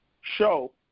show